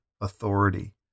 authority